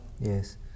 Yes